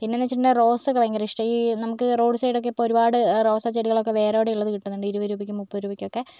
പിന്നെ എന്ന് വെച്ചിട്ടുണ്ടെങ്കിൽ റോസ് ഭയങ്കര ഇഷ്ടമാണ് ഈ നമുക്ക് റോഡ് സൈഡ് ഒക്കെ ഇപ്പോൾ ഒരുപാട് റോസാ ചെടികൾ ഒക്കെ വേരോടെ ഉള്ളത് കിട്ടുന്നുണ്ട് ഇരുപത് രൂപക്കും മുപ്പത്ത് രൂപക്കും ഒക്കെ